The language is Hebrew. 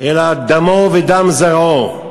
אלא דמו ודם זרעו.